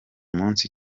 munsi